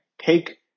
take